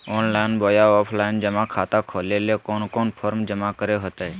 Online बोया offline जमा खाता खोले ले कोन कोन फॉर्म जमा करे होते?